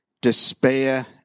despair